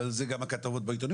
ועל זה גם הכתבות בעיתונים,